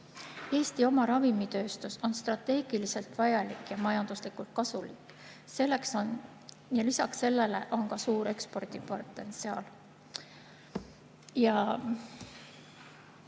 Eesti oma ravimitööstus on strateegiliselt vajalik ja majanduslikult kasulik. Ja lisaks on sellel suur ekspordipotentsiaal.